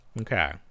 Okay